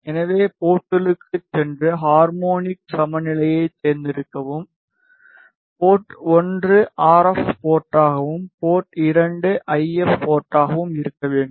எனவே போர்ட்களுக்குச் சென்று ஹார்மோனிக் சமநிலையைத் தேர்ந்தெடுக்கவும் போர்ட் 1 ஆர்எப் போர்ட்டாகவும் போர்ட் 2 ஐஎப் போர்ட்டாகவும் இருக்க வேண்டும்